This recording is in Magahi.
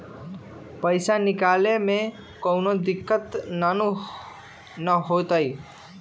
पईसा निकले में कउनो दिक़्क़त नानू न होताई?